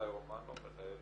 שבתאי רומנו, מנהל